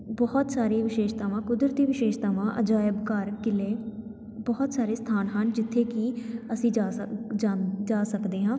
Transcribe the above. ਬਹੁਤ ਸਾਰੀਆਂ ਵਿਸ਼ੇਸ਼ਤਾਵਾਂ ਕੁਦਰਤੀ ਵਿਸ਼ੇਸ਼ਤਾਵਾਂ ਅਜਾਇਬ ਘਰ ਕਿਲੇ ਬਹੁਤ ਸਾਰੇ ਸਥਾਨ ਹਨ ਜਿੱਥੇ ਕਿ ਅਸੀਂ ਜਾ ਸਕ ਜਾਂ ਜਾ ਸਕਦੇ ਹਾਂ